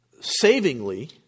savingly